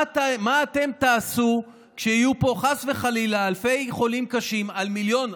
מה אתם תעשו כשיהיו פה חס וחלילה אלפי חולים קשים על מיליון,